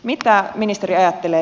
mitä ministeri ajattelee